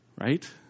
Right